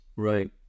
Right